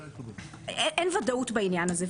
אין ודאות בעניין הזה.